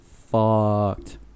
fucked